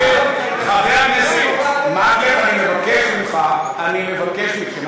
חבר הכנסת מקלב, אני מבקש ממך, אני מבקש מכם.